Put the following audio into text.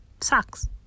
sucks